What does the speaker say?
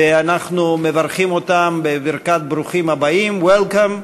ואנחנו מברכים אותם בברכת ברוכים הבאים, Welcome.